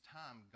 time